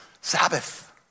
Sabbath